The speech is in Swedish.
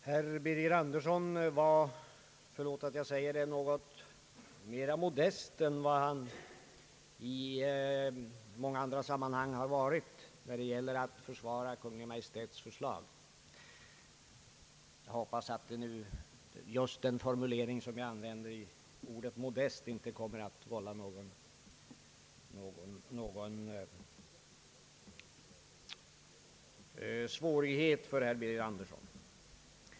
Herr talman! Herr Birger Andersson var, förlåt att jag säger det, något mera modest när det gällde att försvara Kungl. Maj:ts förslag än vad han i många andra sammanhang har varit. Jag hoppas att just den formulering med ordet modest som jag använde inte kommer att vålla någon svårighet för herr Birger Andersson.